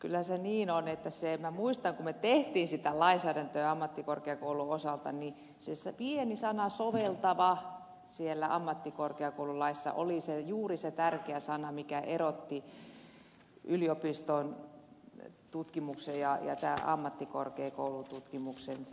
kyllä se niin on että minä muistan että kun me teimme sitä lainsäädäntöä ammattikorkeakoulujen osalta niin se pieni sana soveltava siellä ammattikorkeakoululaissa oli juuri se tärkeä sana mikä erotti yliopiston tutkimuksen ja ammattikorkeakoulututkimuksen